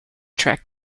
track